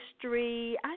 history